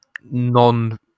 non-